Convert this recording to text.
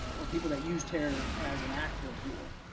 or people that use terror as an act of war,